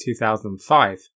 2005